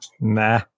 Nah